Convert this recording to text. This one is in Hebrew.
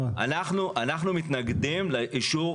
אנחנו מתנגדים לאישור